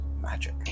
magic